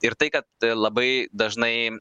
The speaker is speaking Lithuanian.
ir tai kad labai dažnai